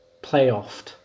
playoffed